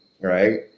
right